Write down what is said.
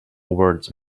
words